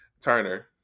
Turner